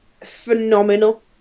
phenomenal